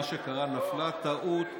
מה שקרה הוא שנפלה טעות בנוסח,